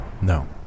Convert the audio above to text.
No